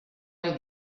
ohi